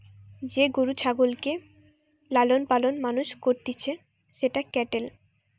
যে গরু ছাগলকে লালন পালন মানুষ করতিছে সেটা ক্যাটেল